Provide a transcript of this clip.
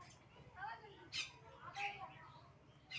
आजकल peer to peer लेंडिंगेर सबसे ज्यादा इस्तेमाल कराल जाहा